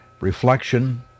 reflection